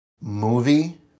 movie